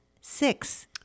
Six